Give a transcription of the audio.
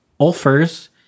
Ulfers